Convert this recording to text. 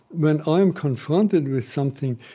when i am confronted with something,